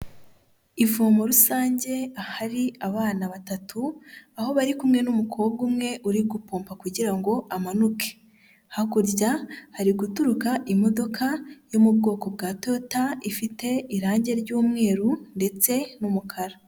Ivomo rusange ahari abana batatu aho bari kumwe n'umukobwa umwe uri gupomba kugira ngo amanuke, hakurya hari guturuka imodoka yo mu bwoko bwa tota ifite irangi ry'umweru ndetse n'umukara.